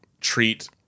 treat